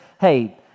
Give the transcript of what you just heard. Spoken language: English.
hey